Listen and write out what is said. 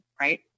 Right